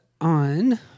on